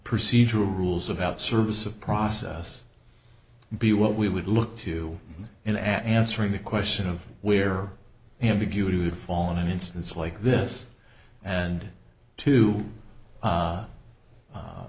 procedural rules about service of process be what we would look to in answering the question of where ambiguity would fall in an instance like this and to